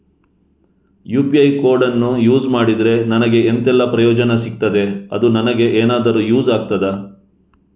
UPI ಕೋಡನ್ನು use ಮಾಡಿದ್ರೆ ನನಗೆ ಎಂಥೆಲ್ಲಾ ಪ್ರಯೋಜನ ಸಿಗ್ತದೆ, ಅದು ನನಗೆ ಎನಾದರೂ ಯೂಸ್ ಆಗ್ತದಾ?